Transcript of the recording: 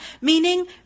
meaning